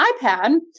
iPad